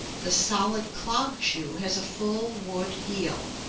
the solid clog shoe has a full wood heel,